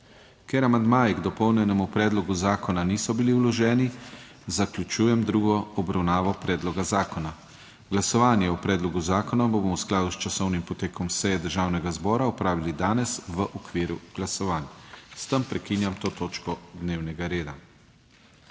Ker amandmaji k dopolnjenemu predlogu zakona niso bili vloženi, zaključujem drugo obravnavo predloga zakona. Glasovanje o predlogu zakona bomo v skladu s časovnim potekom seje Državnega zbora opravili čez pol ure v okviru glasovanj. S tem prekinjam to točko dnevnega reda